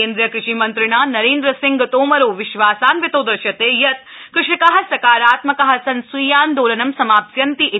केन्द्रीय कृषि मन्त्रिणा नरेन्द्र सिंह तोमरो विश्वासान्वितो दृश्यते यत् कृषका सकारात्मका सन् स्वीयान्दोलनं समाप्स्यन्ति इति